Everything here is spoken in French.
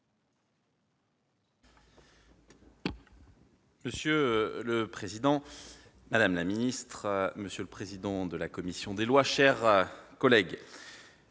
Monsieur le président, madame la ministre, monsieur le président de la commission des lois, mes chers collègues,